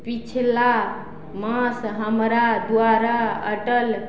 पछिला मास हमरा द्वारा अटल